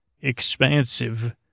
expansive